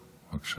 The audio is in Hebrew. בבקשה.